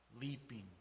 leaping